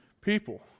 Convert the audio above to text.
people